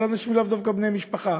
אנשים שהם לאו דווקא בני משפחה,